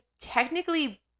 technically